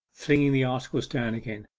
flinging the articles down again.